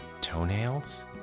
Toenails